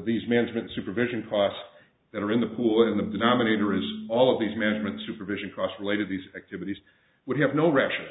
these management supervision costs that are in the pool in the denominator is all of these management supervision trust related these activities would have no rational